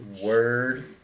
Word